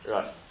Right